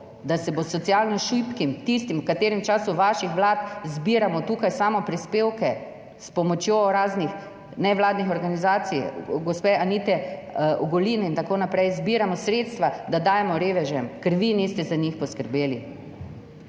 da se bo socialno šibkim, tistim, za katere v času vaših vlad zbiramo tukaj samoprispevke s pomočjo raznih nevladnih organizacij gospe Anite Ogulin in tako naprej, zbiramo sredstva, da dajemo revežem, ker vi niste za njih poskrbeli.